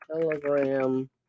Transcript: Telegram